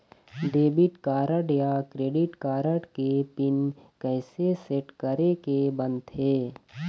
Debit card या credit card के pin कइसे सेट करे के बनते?